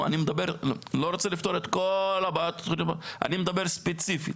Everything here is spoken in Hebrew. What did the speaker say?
אני לא רוצה לפתור את כל הבעיות, אני מדר ספציפית.